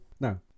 Now